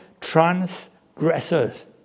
transgressors